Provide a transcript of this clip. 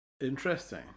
Interesting